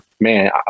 man